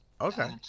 Okay